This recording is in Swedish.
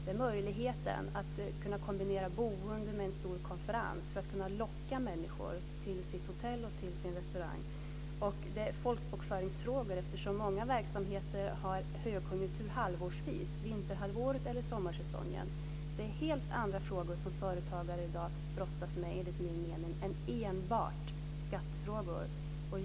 Det är möjligheten att kunna kombinera boende med en stor konferens för att kunna locka människor till sitt hotell och sin restaurang. Det är folkbokföringsfrågor, eftersom många verksamheter har högkonjunktur halvårsvis, vinterhalvåret eller sommarsäsongen. Det är enligt min mening helt andra frågor som företagare i dag brottas med än enbart skattefrågor.